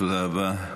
תודה רבה.